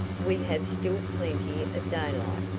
we have still plenty of daylight.